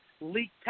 leaked